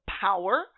power